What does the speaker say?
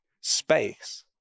space